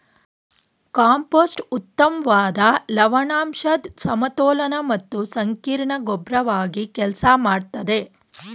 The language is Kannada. ಕಾಂಪೋಸ್ಟ್ ಉತ್ತಮ್ವಾದ ಲವಣಾಂಶದ್ ಸಮತೋಲನ ಮತ್ತು ಸಂಕೀರ್ಣ ಗೊಬ್ರವಾಗಿ ಕೆಲ್ಸ ಮಾಡ್ತದೆ